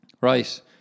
Right